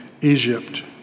Egypt